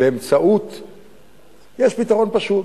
יש פתרון פשוט.